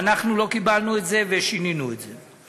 אנחנו לא קיבלנו את זה, ושינינו את זה.